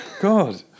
God